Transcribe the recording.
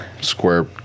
square